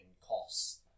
costs